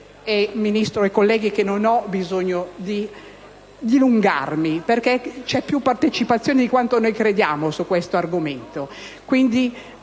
Ministro, onorevoli colleghi, non ho bisogno di dilungarmi perché c'è più partecipazione di quanto crediamo su tale argomento.